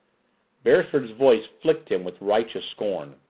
beresford's voice flicked him with righteous scorn,